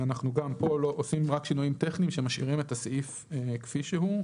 אנחנו גם פה עושים רק שינויים טכניים שמשאירים את הסעיף כפי שהוא,